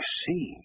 see